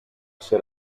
ser